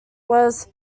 was